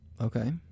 Okay